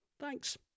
thanks